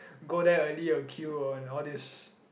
go there early or queue or and all this